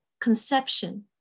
conception